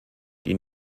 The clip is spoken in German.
die